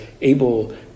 able